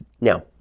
Now